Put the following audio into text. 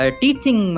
teaching